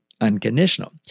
unconditional